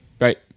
Right